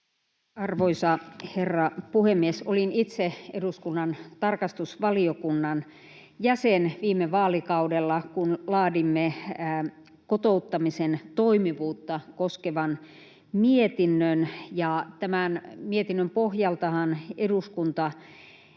Arvoisa herra puhemies! Olin itse eduskunnan tarkastusvaliokunnan jäsen viime vaalikaudella, kun laadimme kotouttamisen toimivuutta koskevan mietinnön, ja tämän mietinnön pohjaltahan eduskunta